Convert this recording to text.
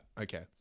okay